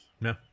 no